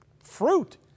Fruit